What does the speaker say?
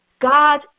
God